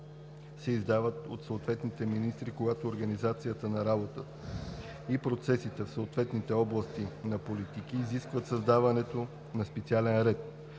се издават от съответните министри, когато организацията на работата и процесите в съответните области на политики изискват създаването на специален ред,